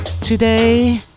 Today